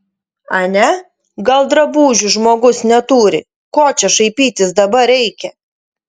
ane gal drabužių žmogus neturi ko čia šaipytis dabar reikia